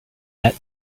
that